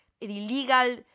illegal